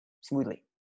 smoothly